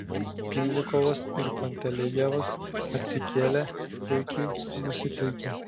pylnikovas ir pantelejevas atsikėlė puikiai nusiteikę